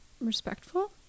respectful